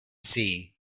sea